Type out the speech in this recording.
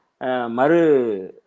Maru